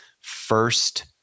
first